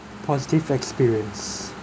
positive experience